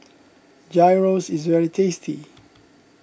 Gyros is very tasty